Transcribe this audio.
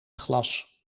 glas